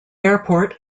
airport